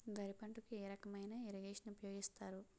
వరి పంటకు ఏ రకమైన ఇరగేషన్ ఉపయోగిస్తారు?